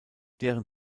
deren